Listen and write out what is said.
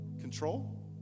control